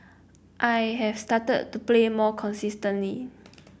I have started to play more consistently